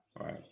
right